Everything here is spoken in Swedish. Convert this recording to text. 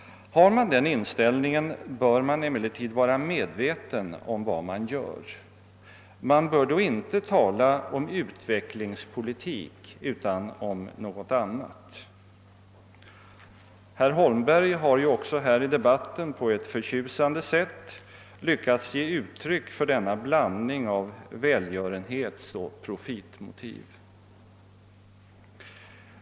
Har man den inställningen bör man emellertid vara medveten om vad man gör. Man bör då inte tala om utvecklingspolitik utan om något annat. Herr Holmberg har ju också här i debatten på ett förtjusande sätt lyckats ge uttryck för denna blandning av välgörenhetsoch profitmotiv.